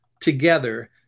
together